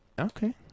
Okay